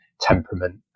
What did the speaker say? temperament